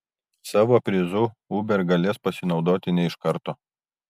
savo prizu uber galės pasinaudoti ne iš karto